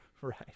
Right